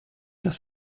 das